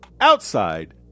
outside